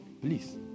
Please